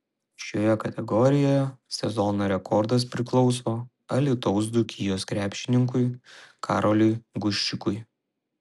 šioje kategorijoje sezono rekordas priklauso alytaus dzūkijos krepšininkui karoliui guščikui